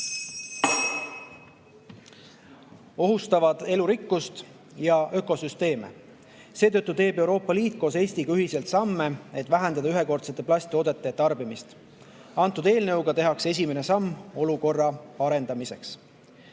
ohustavad elurikkust ja ökosüsteeme. Seetõttu teeb Euroopa Liit koos Eestiga ühiselt samme, et vähendada ühekordsete plasttoodete tarbimist. Selle eelnõuga tehakse esimene samm olukorra parendamiseks.